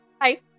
Hi